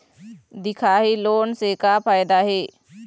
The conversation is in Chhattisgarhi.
दिखाही लोन से का फायदा हे?